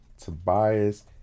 Tobias